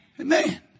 Amen